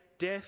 Death